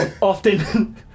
Often